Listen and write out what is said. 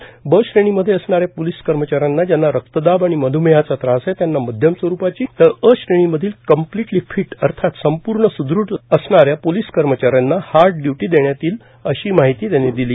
ब श्रेणीमध्ये असणाऱ्या पोलीस कर्मचाऱ्यांना ज्यांना रक्तदाब आणि मध्मेहाचा त्रास आहे त्यांना मध्यम स्वरुपाची तर अ श्रेणीमधील कम्प्लिटली फिट अर्थात संपूर्ण सुदृढ असणाऱ्या पोलीस कर्मचाऱ्यांना हार्ड इय्टी देण्यात येतील अशी माहिती त्यांनी दिली